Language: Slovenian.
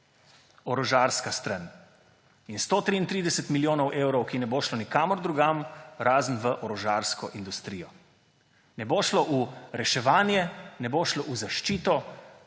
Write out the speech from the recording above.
orožarska stran. 133 milijonov evrov, ki ne bodo šli nikamor drugam, razen v orožarsko industrijo. Ne bodo šli v reševanje, ne bodo šli v zaščito,